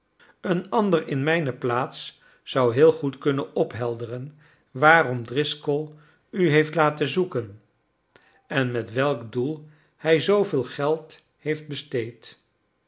een ander in mijne plaats zou heel goed kunnen ophelderen waarom driscoll u heeft laten zoeken en met welk doel hij zooveel geld heeft besteed